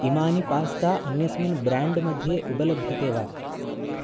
इमानि पास्ता अन्यस्मिन् ब्रेण्ड्मध्ये उपलभ्यते वा